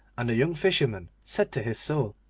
and the young fisherman said to his soul,